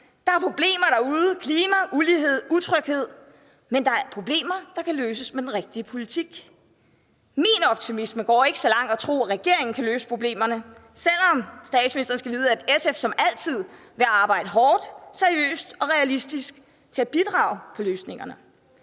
Der er problemer derude – klima, ulighed, utryghed. Men det er problemer, der kan løses med den rigtige politik. Min optimisme går ikke så langt som til at tro, at regeringen kan løse problemerne, selv om statsministeren skal vide, at SF som altid vil arbejde hårdt, seriøst og realistisk på at bidrage til løsningerne.